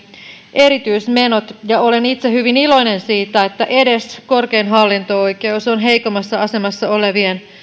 erityismenot olen itse hyvin iloinen siitä että edes korkein hallinto oikeus on heikommassa asemassa olevien